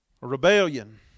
Rebellion